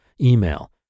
email